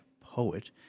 poet